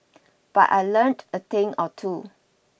but I learnt a thing or two